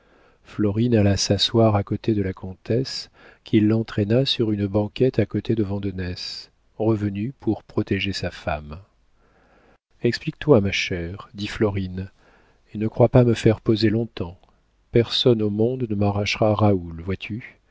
florine alla s'asseoir à côté de la comtesse qui l'entraîna sur une banquette à côté de vandenesse revenu pour protéger sa femme explique-toi ma chère dit florine et ne crois pas me faire poser longtemps personne au monde ne m'arrachera raoul vois-tu